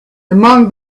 among